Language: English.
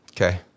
Okay